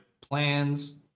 plans